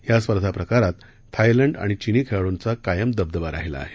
या स्पर्धा प्रकारात थायलंड आणि चिनी खेळाडूंचा कायम दबदबा राहिला आहे